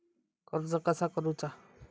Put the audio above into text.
कर्ज कसा करूचा?